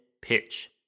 pitch